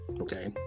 Okay